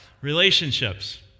relationships